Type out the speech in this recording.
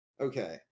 Okay